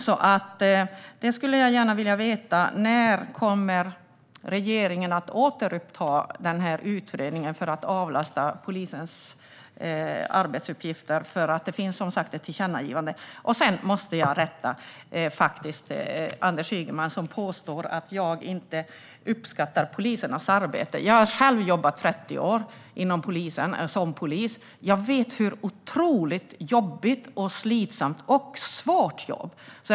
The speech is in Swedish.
Jag skulle gärna vilja veta när regeringen kommer att återuppta denna utredning om att avlasta polisens arbetsuppgifter. Det finns som sagt ett tillkännagivande. Sedan måste jag rätta Anders Ygeman när han påstår att jag inte uppskattar polisernas arbete. Jag har själv jobbat 30 år som polis. Jag vet vilket otroligt jobbigt, slitsamt och svårt jobb det är.